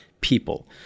people